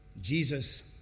Jesus